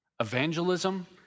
evangelism